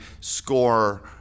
score